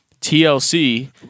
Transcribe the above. TLC